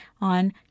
on